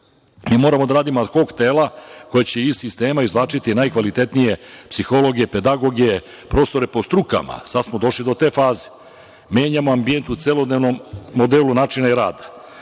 Mi moramo da radimo ad hok tela koja će iz sistema izvlačiti najkvalitetnije psihologe, pedagoge, profesore po strukama. Sad smo došli do te faze. Menjamo ambijent u celodnevnom modelu načina i rada. Tako